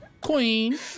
Queen